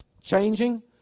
changing